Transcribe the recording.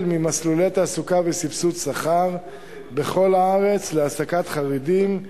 מסלולי תעסוקה וסבסוד שכר בכל הארץ להעסקת חרדים,